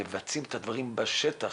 מבצעים את הדברים בשטח.